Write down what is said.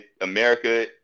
America